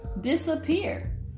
disappear